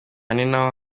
ninaho